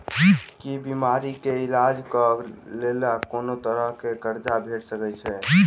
की बीमारी कऽ इलाज कऽ लेल कोनो तरह कऽ कर्जा भेट सकय छई?